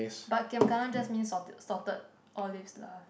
but giam kana just mean giam kana salted olives lah